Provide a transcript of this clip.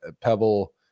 Pebble